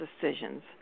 decisions